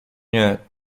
nie